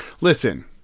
listen